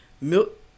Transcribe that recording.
milk